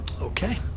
Okay